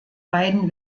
beiden